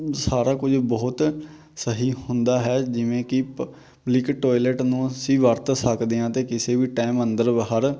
ਸਾਰਾ ਕੁਝ ਬਹੁਤ ਸਹੀ ਹੁੰਦਾ ਹੈ ਜਿਵੇਂ ਕਿ ਪ ਲਿਕ ਟੋਇਲਟ ਨੂੰ ਅਸੀਂ ਵਰਤ ਸਕਦੇ ਹਾਂ ਅਤੇ ਕਿਸੇ ਵੀ ਟਾਈਮ ਅੰਦਰ ਬਾਹਰ